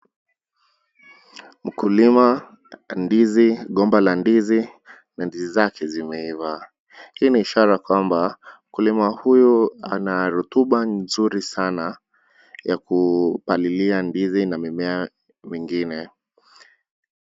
Mkulima, ndizi, gomba la ndizi, na ndizi zake zimeiva. Hii ni ishara kwamba mkulima huyu ana rutuba nzuri sana ya kupalilia ndizi na mimea mingine.